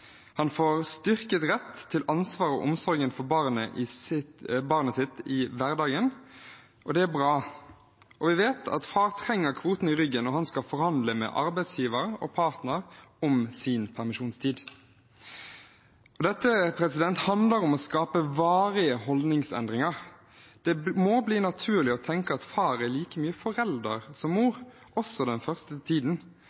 Han får styrket rett til ansvaret og omsorgen for barnet sitt i hverdagen. Det er bra. Og vi vet at far trenger kvoten i ryggen når han skal forhandle med arbeidsgiver og partner om sin permisjonstid. Dette handler om å skape varige holdningsendringer. Det må bli naturlig å tenke at far er like mye forelder som